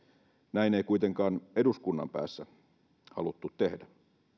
näin ei kuitenkaan eduskunnan päässä haluttu tehdä